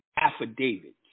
affidavits